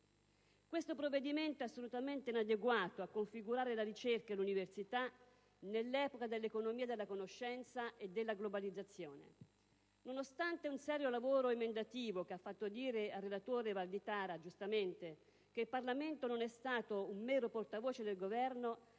Questo provvedimento è assolutamente inadeguato a ridefinirre la configurazione della ricerca e dell'università nell'epoca dell'economia della conoscenza e della globalizzazione. Nonostante un serio lavoro emendativo, che ha fatto dire al relatore Valditara, giustamente, che il Parlamento non è stato un mero portavoce del Governo,